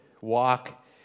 walk